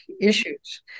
issues